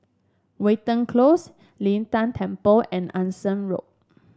Watten Close Lin Tan Temple and Anson Road